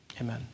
Amen